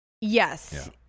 Yes